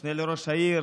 המשנה לראש העיר